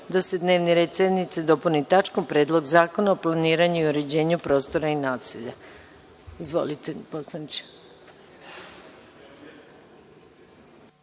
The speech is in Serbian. da se dnevni red sednice dopuni tačkom Predlog zakona o planiranju i uređenju prostora i naselja. Izvolite poslaničke.